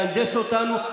להנדס אותנו,